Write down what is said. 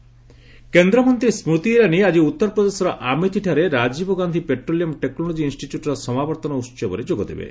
Irani UP visit କେନ୍ଦ୍ରମନ୍ତ୍ରୀ ସ୍କୁତି ଇରାନୀ ଆଜି ଉତ୍ତର ପ୍ରଦେଶର ଆମେଥିଠାରେ ରାଜୀବଗାନ୍ଧୀ ପେଟ୍ରୋଲିୟମ ଟେକ୍ସୋଲୋଜି ଇନ୍ଷ୍ଟିଚ୍ୟୁଟର ସମାବର୍ତ୍ତନ ଉତ୍ସବରେ ଯୋଗଦେବେ